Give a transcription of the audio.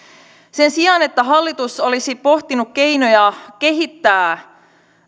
sen sijaan että hallitus olisi pohtinut keinoja kehittää